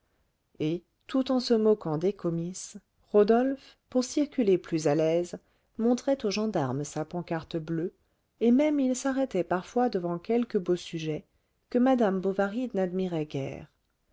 et tout en se moquant des comices rodolphe pour circuler plus à l'aise montrait au gendarme sa pancarte bleue et même il s'arrêtait parfois devant quelque beau sujet que madame bovary n'admirait guère